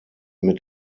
mit